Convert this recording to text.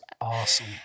awesome